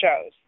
shows